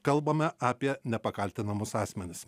kalbame apie nepakaltinamus asmenis